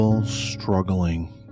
struggling